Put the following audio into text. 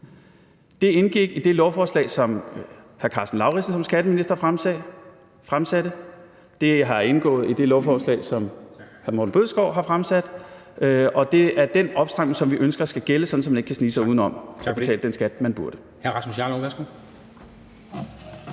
Det indgik i det lovforslag, som hr. Karsten Lauritzen som skatteminister fremsatte, og det har indgået i det lovforslag, som skatteministeren har fremsat, og det er den opstramning, som vi ønsker skal gælde, sådan at man ikke kan snige sig udenom, men betale den skat, man burde.